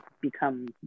become